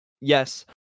Yes